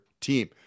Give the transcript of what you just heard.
team